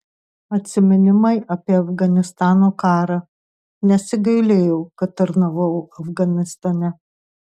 atsiminimai apie afganistano karą nesigailėjau kad tarnavau afganistane